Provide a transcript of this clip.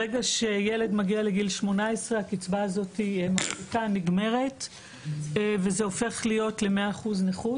ברגע שילד מגיע לגיל 18 הקצבה הזו נגמרת והופכת ל-100% נכות.